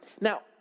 Now